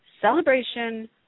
celebration